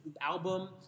album